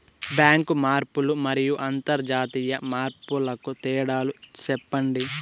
Bank మార్పులు మరియు అంతర్జాతీయ మార్పుల కు తేడాలు సెప్పండి?